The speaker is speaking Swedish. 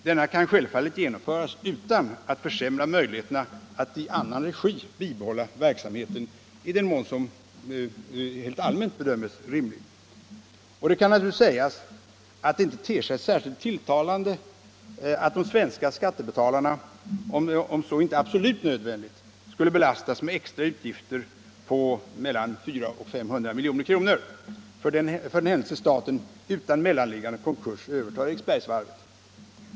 Denna kan självfallet genomföras utan att försämra möjligheterna att i annan regi bibehålla verksamheten i den mån det allmänt bedöms som rimligt. Och det kan naturligtvis sägas att det inte ter sig särskilt tilltalande att de svenska skattebetalarna, om så inte är absolut nödvändigt, skulle belastas med extra utgifter på mellan 400 och 500 milj.kr. för den händelse staten utan mellanliggande konkurs övertar Eriksbergsvarvet.